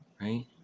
right